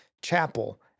chapel